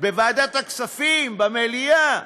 בוועדת הכספים, במליאה.